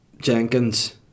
Jenkins